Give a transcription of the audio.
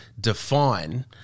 define